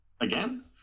Again